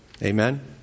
Amen